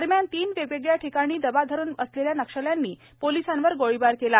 दरम्यान तीन वेगवेगळ्या ठिकाणी दबा धरून बसलेल्या नक्षल्यांनी पोलिसांवर गोळीबार केला